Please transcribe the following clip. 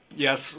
Yes